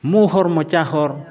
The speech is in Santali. ᱢᱩᱦᱚᱨ ᱢᱚᱪᱟᱦᱚᱨ